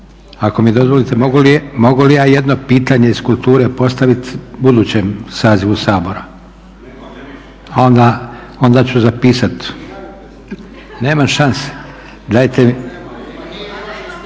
Ako mi dozvolite mogu li ja jedno pitanje iz kulture postaviti budućem sazivu Sabora? Upadica se ne